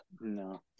No